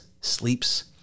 sleeps